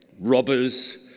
robbers